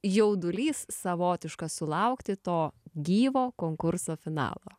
jaudulys savotiškas sulaukti to gyvo konkurso finalo